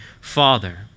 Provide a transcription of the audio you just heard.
father